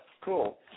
cool